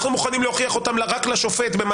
אתם תגידו את הראיה שהוא מסתובב עם רונדלים אני מציג,